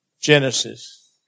Genesis